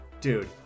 dude